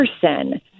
person